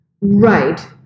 Right